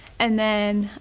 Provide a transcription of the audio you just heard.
and then